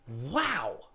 Wow